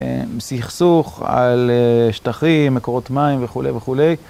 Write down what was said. סכסוך על שטחים, מקורות מים וכולי וכולי.